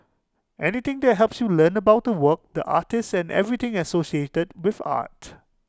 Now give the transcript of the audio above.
anything that helps you learn about the work the artist and everything associated with art